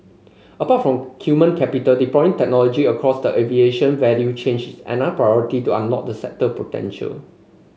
apart from human capital deploying technology across the aviation value chain is another priority to unlock the sector potential